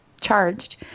charged